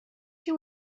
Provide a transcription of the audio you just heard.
you